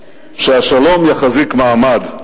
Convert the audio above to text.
שהשלום יחזיק מעמד.